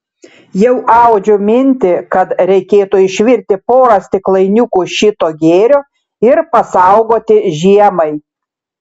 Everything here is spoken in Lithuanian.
jau audžiu mintį kad reikėtų išvirti porą stiklainiukų šito gėrio ir pasaugoti žiemai